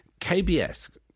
KBS